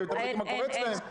כי לא יודעים מה קורה אצלם.